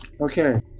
Okay